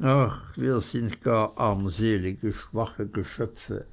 ach wir sind gar armselige schwache geschöpfe